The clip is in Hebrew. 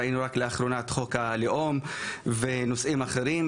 ראינו רק לאחרונה את חוק הלאום ונושאים אחרים,